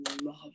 love